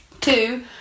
two